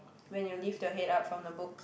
when you lift your head up from the books